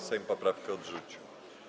Sejm poprawki odrzucił.